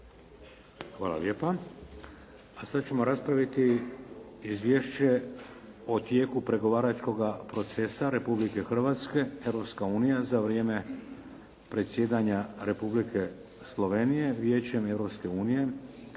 Hvala lijepa. A sad ćemo raspraviti - Izvješće o tijeku pregovaračkoga procesa Republike Hrvatske - Europska unija za vrijeme predsjedanja Republike Slovenije Vijećem